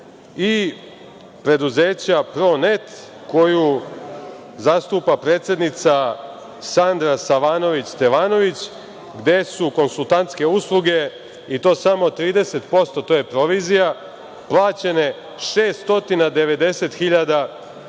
i preduzeća „Pronet“ koju zastupa predsednica Sandra Savanović Stevanović, gde su konsultantske usluge i to samo 30%, a to je provizija, plaćene 690.000 dinara.